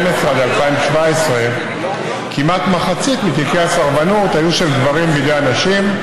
2017 כמעט מחצית מתיקי הסרבנות היו של גברים בידי הנשים,